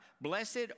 Blessed